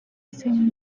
same